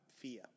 fear